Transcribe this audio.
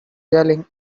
yelling